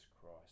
Christ